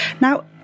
Now